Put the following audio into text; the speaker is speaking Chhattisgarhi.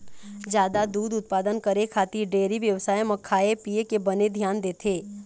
जादा दूद उत्पादन करे खातिर डेयरी बेवसाय म खाए पिए के बने धियान देथे